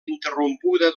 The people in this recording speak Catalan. interrompuda